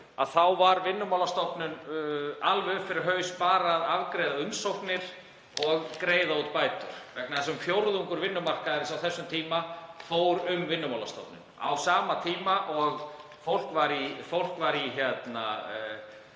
var Vinnumálastofnun alveg upp fyrir haus bara að afgreiða umsóknir og greiða út bætur vegna þess að um fjórðungur vinnumarkaðarins á þessum tíma fór um Vinnumálastofnun. Á sama tíma var fólk að aðlaga